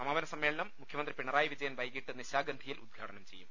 സമാപന സമ്മേളനം മുഖ്യമന്ത്രി പിണറായി വിജയൻ വൈകിട്ട് നിശാഗന്ധിയിൽ ഉദ്ഘാടനം ചെയ്യും